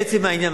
לעצם העניין,